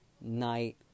night